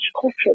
culture